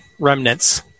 remnants